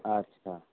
আচ্ছা